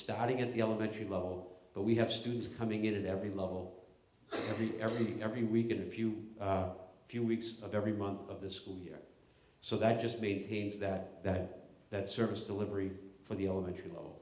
starting at the elementary level but we have students coming in at every level of the everything every week and a few a few weeks of every month of the school year so that just maintains that that that service delivery for the elementary level